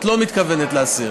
את לא מתכוונת להסיר?